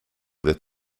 that